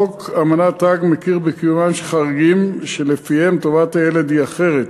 חוק אמנת האג מכיר בקיומם של חריגים שלפיהם טובת הילד היא אחרת,